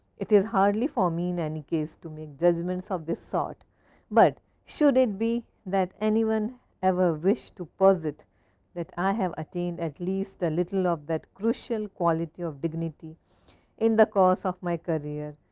it is hardly for me, in any case to make judgments of this sort but should it be that anyone ever wished to posit that i have attained at least a little of that crucial quality of dignity in the course of my career,